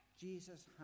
Jesus